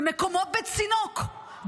ומקומו בצינוק,